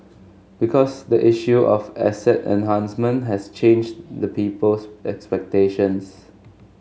because the issue of asset enhancement has changed the people's expectations